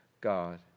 God